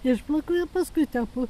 išplaku ir paskui tepu